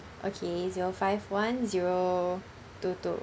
okay zero five one zero two two